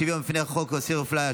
שוויון בפני החוק ואיסור הפליה),